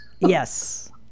Yes